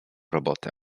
robotę